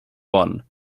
one